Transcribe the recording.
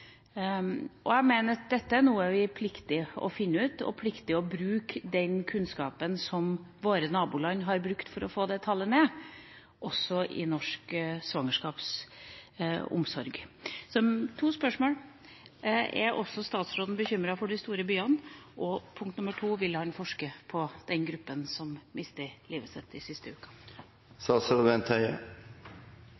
sammensatt. Jeg mener at dette er noe vi plikter å finne ut, at vi plikter å bruke den kunnskapen som våre naboland har brukt for å få det tallet ned, også i norsk svangerskapsomsorg. Så det var to spørsmål: Er også statsråden bekymret for de store byene? Og vil han forske på den gruppa som mister livet sitt de siste